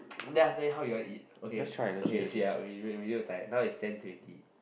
then after that how you want eat okay okay see ah we look we look at the time now is ten twenty